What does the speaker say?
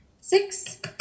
six